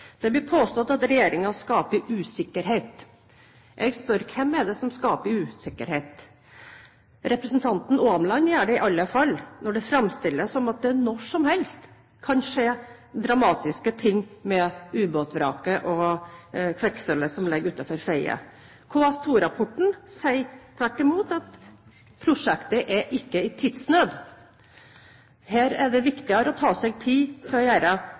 Det blir påstått at regjeringen skaper usikkerhet. Jeg spør: Hvem er det som skaper usikkerhet? Representanten Åmland gjør det iallfall når det framstilles som om det når som helst kan skje dramatiske ting med ubåtvraket og kvikksølvet som ligger utenfor Fedje. KS2-rapporten sier tvert imot at prosjektet ikke er i tidsnød. Her er det viktigere å ta seg tid til å gjøre